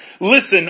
Listen